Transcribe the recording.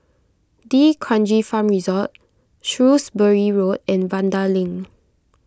D'Kranji Farm Resort Shrewsbury Road and Vanda Link